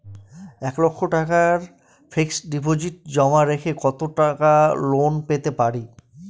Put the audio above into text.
এক লক্ষ টাকার ফিক্সড ডিপোজিট জমা রেখে কত টাকা লোন পেতে পারি?